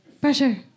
Pressure